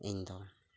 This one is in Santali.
ᱤᱧ ᱫᱚ